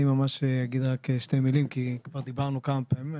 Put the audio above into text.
אני אומר רק שתי מילים כי כבר דיברנו כמה פעמים.